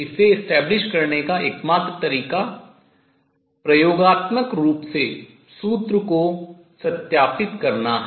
इसे establish स्थापित करने का एकमात्र तरीका प्रयोगात्मक रूप से सूत्र को सत्यापित करना है